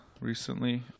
recently